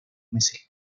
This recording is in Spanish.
meses